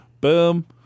Boom